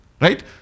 Right